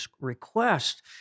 request